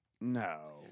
No